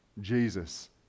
Jesus